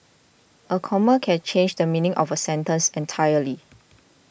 a comma can change the meaning of a sentence entirely